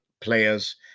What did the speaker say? players